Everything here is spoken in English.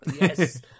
Yes